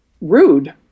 rude